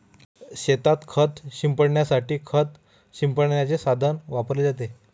शेतात खत शिंपडण्यासाठी खत शिंपडण्याचे साधन वापरले जाते